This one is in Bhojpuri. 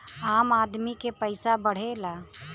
आम आदमी के पइसा बढ़ेला